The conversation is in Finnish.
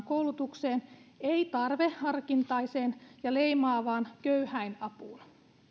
koulutukseen ei tarveharkintaiseen ja leimaavaan köyhäinapuun